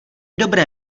dobré